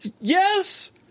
Yes